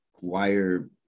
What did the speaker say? wire